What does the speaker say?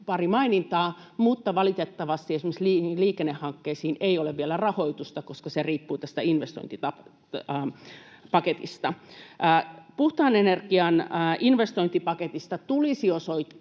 pari mainintaa, mutta valitettavasti esimerkiksi liikennehankkeisiin ei ole vielä rahoitusta, koska se riippuu tästä investointipaketista. Puhtaan energian investointipaketista tulisi osoittaa